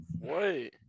wait